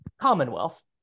Commonwealth